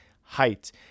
height